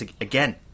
again